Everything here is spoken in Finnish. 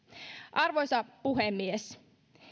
arvoisa puhemies